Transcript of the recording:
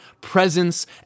presence